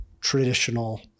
traditional